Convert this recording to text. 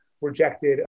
rejected